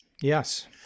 yes